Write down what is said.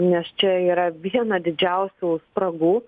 nes čia yra viena didžiausių spragų